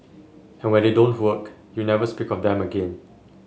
and when they don't work you never speak of them again